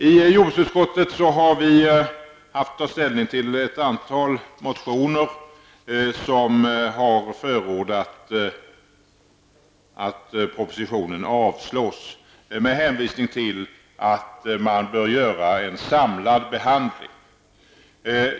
I jordbruksutskottet har vi haft att ta ställning till ett antal motioner som har förordat att propositionen avslås med hänsyn till att man bör göra en samlad behandling.